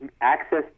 access